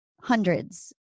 hundreds